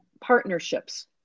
partnerships